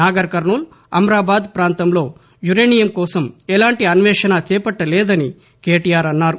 నాగర్ కర్నూల్ అమాబాద్ ప్రాంతంలో యురేనియం కోసం ఎలాంటి అన్వేషణ చేపట్టలేదని కెటీఆర్ అన్నారు